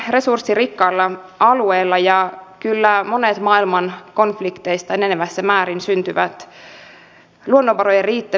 me sijaitsemme varsin resurssirikkaalla alueella ja kyllä monet maailman konflikteista enenevässä määrin syntyvät luonnonvarojen riittävyydestä ja niiden uhkakuvista